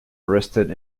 arrested